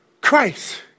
Christ